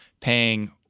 paying